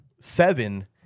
seven